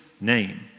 name